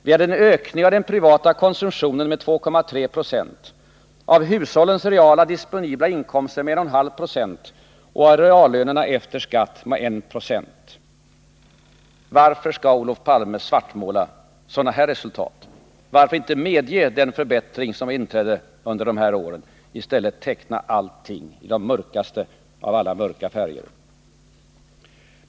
Vi hade en ökning av den privata konsumtionen med 2,3 26, av hushållens reala disponibla inkomster med 1,5 26 och av reallönerna efter skatt med ungefär 196. Varför skall Olof Palme svartmåla sådana här resultat? Varför inte medge den förbättring som inträdde under de här åren utan i stället teckna allting i de mörkaste av alla mörka färger?